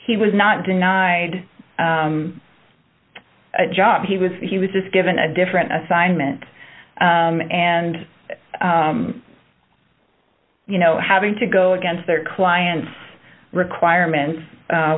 he was not denied a job he was he was just given a different assignment and you know having to go against their client's requirements